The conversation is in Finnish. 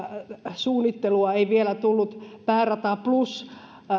suunnittelua ei vielä tullut päärata plus